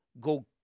go